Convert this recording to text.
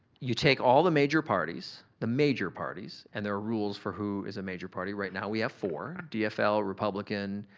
you take all the major parties, the major parties, and there are rules for who is a major party, right now we have four, dfl, republican,